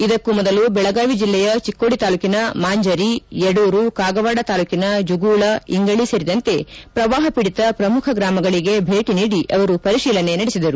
ಇದಕ್ಕೂ ಮೊದಲು ಬೆಳಗಾವಿ ಜಿಲ್ಲೆಯ ಚಿಕ್ಕೋಡಿ ತಾಲೂಕಿನ ಮಾಂಜರಿ ಯಡೂರು ಕಾಗವಾಡ ತಾಲೂಕಿನ ಜುಗೂಳ ಇಂಗಳ ಸೇರಿದಂತೆ ಪ್ರವಾಹ ಪೀಡಿತ ಪ್ರಮುಖ ಗ್ರಾಮಗಳಿಗೆ ಭೇಟಿ ನೀಡಿ ಪರಿಶೀಲನೆ ನಡೆಸಿದರು